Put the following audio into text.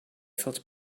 felt